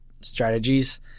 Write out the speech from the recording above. strategies